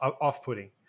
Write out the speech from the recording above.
off-putting